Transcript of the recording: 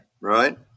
Right